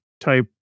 type